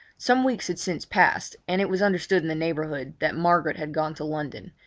some weeks had since passed and it was understood in the neighbourhood that margaret had gone to london,